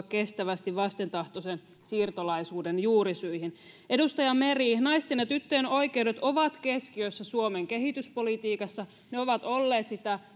kestävästi vastentahtoisen siirtolaisuuden juurisyihin edustaja meri naisten ja tyttöjen oikeudet ovat keskiössä suomen kehityspolitiikassa ne ovat olleet sitä